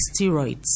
steroids